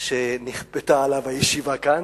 שנכפתה עליו הישיבה כאן.